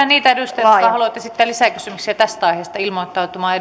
niitä edustajia jotka haluavat esittää lisäkysymyksiä tästä aiheesta ilmoittautumaan